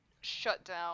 shutdown